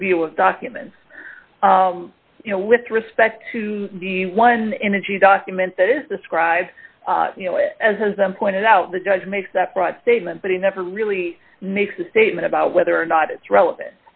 review of documents you know with respect to the one energy document that is described you know it as has been pointed out the judge makes that broad statement but he never really makes a statement about whether or not it's relevant